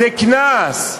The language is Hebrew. זה קנס.